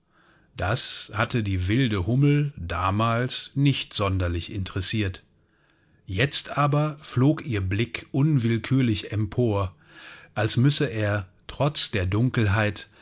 das hatte die wilde hummel damals nicht sonderlich interessiert jetzt aber flog ihr blick unwillkürlich empor als müsse er trotz der dunkelheit